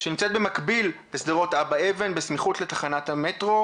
שנמצאת במקביל בשדרות אבא אבן בסמיכות לתחנת המטרו